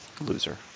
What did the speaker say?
loser